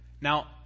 Now